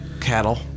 cattle